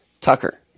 Tucker